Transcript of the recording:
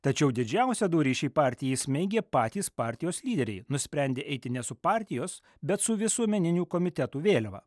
tačiau didžiausią dūrį šiai partijai smeigė patys partijos lyderiai nusprendę eiti ne su partijos bet su visuomeninių komitetų vėliava